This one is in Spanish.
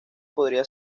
podría